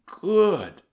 good